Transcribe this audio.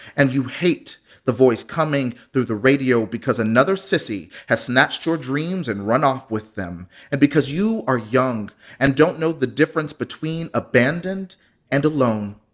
and you hate the voice coming through the radio because another sissy has snatched your dreams and run off with them and because you are young and don't know the difference between abandoned and alone,